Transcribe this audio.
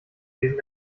lesen